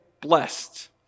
blessed